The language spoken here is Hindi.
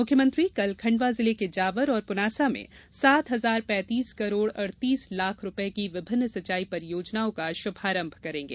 मुख्यमंत्री कल खंडवा जिले के जावर और पुनासा में सात हजार पैंतीस करोड़ अड़तीस लाख रूपये की विभिन्न सिंचाई परियोजना का शुभारंभ करेंगे